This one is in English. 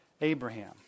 Abraham